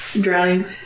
Drowning